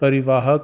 ਪਰਿਵਾਹਕ